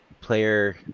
player